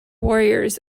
warriors